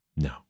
No